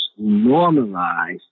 normalize